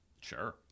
Sure